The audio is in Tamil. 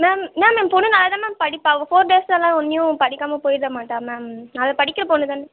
மேம் மேம் என் பொண்ணு நல்லா தான் மேம் படிப்பாக அவள் ஃபோர் டேஸ் தான்ன ஒன்னியும் படிக்காமல் போயிட மாட்டா மேம் நல்ல படிக்கிற பொண்ணு தானே